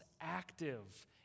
active